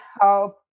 help